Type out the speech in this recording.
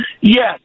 Yes